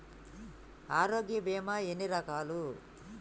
ఆరోగ్య బీమా ఎన్ని రకాలు?